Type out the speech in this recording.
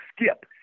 skip